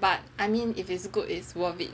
but I mean if it's good it's worth it